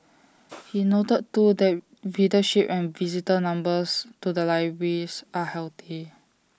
he noted too that readership and visitor numbers to the libraries are healthy